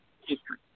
history